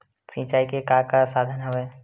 सिंचाई के का का साधन हवय?